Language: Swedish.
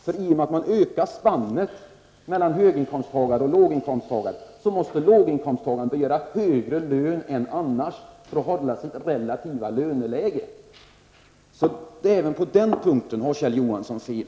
I och med att man ökar spannet mellan höginkomsttagare och låginkomsttagare, måste låginkomsttagarna begära högre lön för att behålla det relativa löneläget. Även på den punkten har alltså Kjell Johansson fel.